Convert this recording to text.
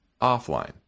offline